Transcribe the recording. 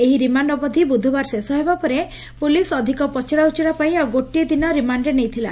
ଏହି ରିମାଣ୍ଡ ଅବଧି ବୁଧବାର ଶେଷ ହେବା ପରେ ପୁଲିସ୍ ଅଧିକ ପଚରାଉଚରା ପାଇଁ ଆଉ ଗୋଟିଏ ଦିନ ରିମାଣ୍ଡରେ ନେଇଥିଲା